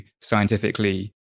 scientifically